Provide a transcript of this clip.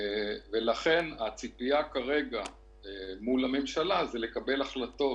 לכן הציפייה כרגע מול הממשלה היא לקבל החלטות